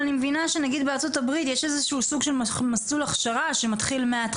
אני מבינה שבארצות הברית למשל יש איזשהו סוג של מסלול הכשרה מההתחלה